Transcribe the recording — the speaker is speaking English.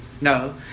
No